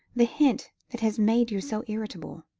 the hint that has made you so irritable.